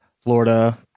Florida